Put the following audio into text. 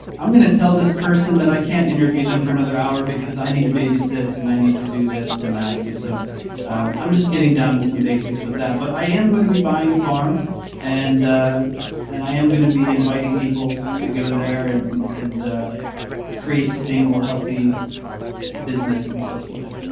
i'm going to tell this person that i can't interview them for another hour because i need to babysit and i need to do this and that's and so i'm just getting down to some basics with that but i am going to be buying a farm and and i am going to be inviting people to go there and and create sustainable, healthy business and so forth.